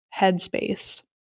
headspace